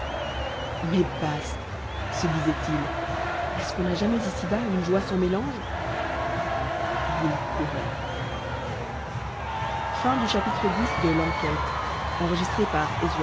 mais bast se disait-il est-ce qu'on a jamais ici-bas une joie sans mélange et il courait